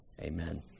Amen